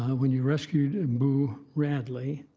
when you rescued and boo radley